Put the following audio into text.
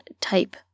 type